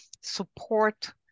support